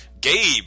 Gabe